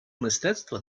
мистецтва